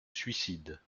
suicide